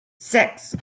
six